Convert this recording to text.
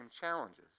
challenges